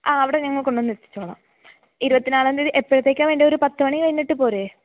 ആ അവിടെ ഞങ്ങൾ കൊണ്ടുവന്നെത്തിച്ചുകൊള്ളാം ഇരുപത്തിനാലാം തീയതി എപ്പോഴത്തേക്കാണ് വേണ്ടത് ഒരു പത്ത് മണി കഴിഞ്ഞിട്ട് പോരെ